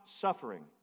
suffering